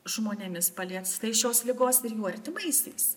žmonėmis paliestais šios ligos ir jų artimaisiais